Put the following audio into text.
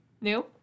New